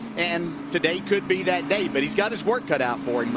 and today could be that day but he's got his work cut-out for him.